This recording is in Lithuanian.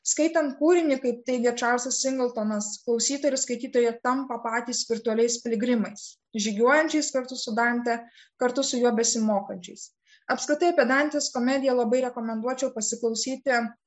skaitant kūrinį kaip teigia čalzas sigiltonas klausytojai ir skaitytojai tampa patys virtualiais piligrimais žygiuojančiais kartu su dante kartu su juo besimokančiais apskritai apie dantės komediją labai rekomenduočiau pasiklausyti